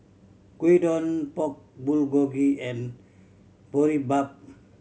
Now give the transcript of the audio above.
Gyudon Pork Bulgogi and Boribap